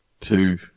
two